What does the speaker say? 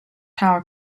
tower